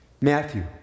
Matthew